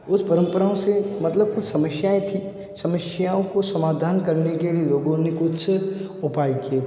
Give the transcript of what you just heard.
उस परंपराओं से मतलब कुछ समस्याएं थीं समस्याओं को समाधान करने के लिए लोगों ने कुछ उपाय किए